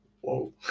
Whoa